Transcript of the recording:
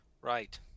right